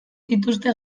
dituzte